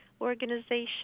organization